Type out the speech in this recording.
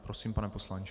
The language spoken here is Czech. Prosím, pane poslanče.